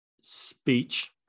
speech